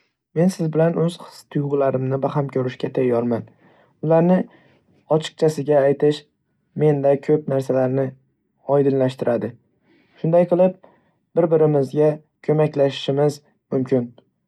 Men siz bilan o'z his-tuyg'ularimni baham ko'rishga tayyorman, ularni ochiqchasiga aytish, menda ko'p narsalarni oydinlashtiradi, shunday qilib, bir-birimizga ko'maklashishimiz mumkin.